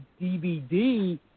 DVD